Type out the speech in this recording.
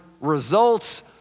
results